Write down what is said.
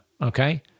Okay